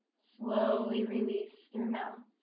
slowly release through mouth.